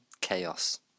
Chaos